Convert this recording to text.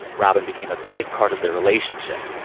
robyn became a big part of their relationship.